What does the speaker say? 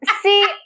See